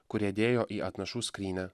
kurie dėjo į atnašų skrynią